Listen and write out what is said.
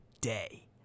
day